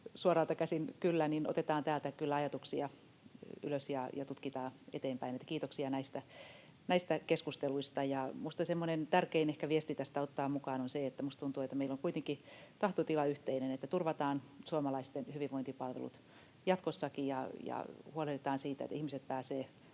suoralta käsin ”kyllä”, niin otetaan täältä kyllä ajatuksia ylös ja tutkitaan niitä eteenpäin. Kiitoksia näistä keskusteluista. Minusta semmoinen ehkä tärkein viesti tästä ottaa mukaan on se, että minusta tuntuu, että meillä on kuitenkin tahtotila yhteinen, että turvataan suomalaisten hyvinvointipalvelut jatkossakin ja huolehditaan siitä, että ihmiset pääsevät